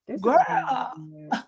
Girl